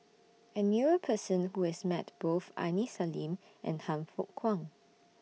I knew A Person Who has Met Both Aini Salim and Han Fook Kwang